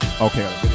Okay